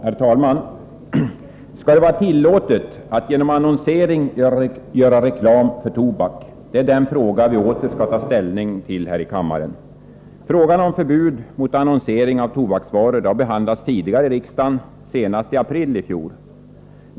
Herr talman! Skall det vara tillåtet att genom annonsering göra reklam för tobak? Det är den fråga vi åter skall ta ställning till här i kammaren. Frågan om förbud mot annonsering av tobaksvaror har behandlats tidigare av riksdagen, senast i april i fjol.